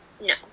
no